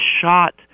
shot